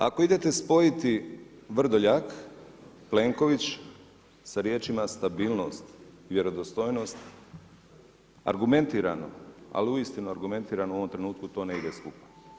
Ako idete spojiti Vrdoljak, Plenković, sa riječima stabilnost, vjerodostojnost, argumentirano, ali uistinu argumentirano u ovom trenutku to ne ide skupa.